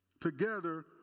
Together